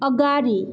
अगाडि